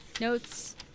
notes